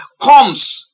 comes